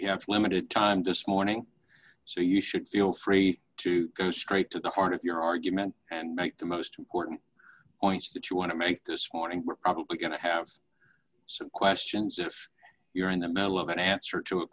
you have a limited time to smell anything so you should feel free to go straight to the heart of your argument and make the most important points that you want to make this morning we're probably going to have some questions if you're in the middle of an answer to a